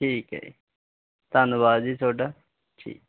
ਠੀਕ ਹੈ ਧੰਨਵਾਦ ਜੀ ਤੁਹਾਡਾ ਠੀਕ